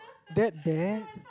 that bad